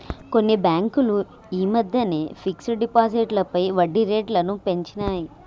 కొన్ని బ్యేంకులు యీ మద్దెనే ఫిక్స్డ్ డిపాజిట్లపై వడ్డీరేట్లను పెంచినియ్